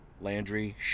Landry